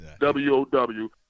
W-O-W